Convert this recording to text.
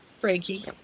Frankie